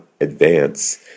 advance